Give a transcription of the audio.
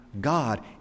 God